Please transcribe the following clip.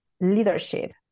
leadership